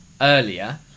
earlier